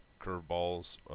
curveballs